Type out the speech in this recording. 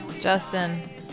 Justin